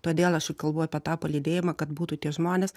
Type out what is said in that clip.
todėl aš ir kalbu apie tą palydėjimą kad būtų tie žmonės